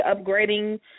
upgrading